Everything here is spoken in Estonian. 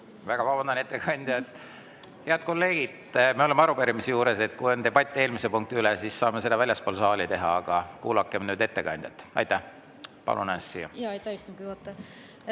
Väga vabandan, ettekandja! Head kolleegid, me oleme arupärimise juures. Kui on debatt eelmise punkti üle, siis saame seda väljaspool saali teha, aga kuulakem nüüd ettekandjat. Aitäh!